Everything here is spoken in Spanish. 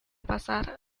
pasar